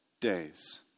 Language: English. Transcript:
days